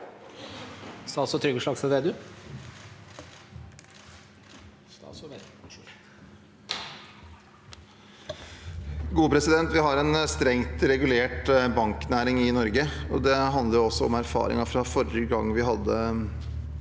Vi har en strengt regulert banknæring i Norge. Det handler også om erfaringene fra forrige gang vi hadde